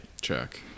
Check